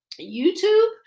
YouTube